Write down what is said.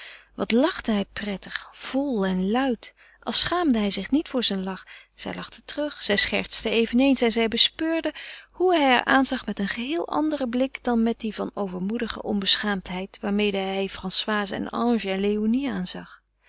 wat lachte hij prettig vol en luid als schaamde hij zich niet voor zijn lach zij lachte terug zij schertste eveneens en zij bespeurde hoe hij haar aanzag met een geheel anderen blik dan met dien van overmoedige onbeschaamdheid waarmede hij françoise en ange en léonie